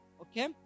Okay